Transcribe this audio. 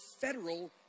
federal